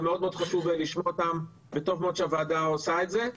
זה מאוד חשוב לשמוע אותם וטוב מאוד שהוועדה עושה את זה,